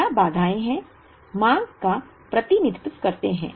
12 बाधाएं हैं मांग का प्रतिनिधित्व करते हैं